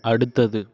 அடுத்தது